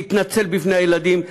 תתנצל בפני הילדים,